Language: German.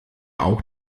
auch